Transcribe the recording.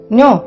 no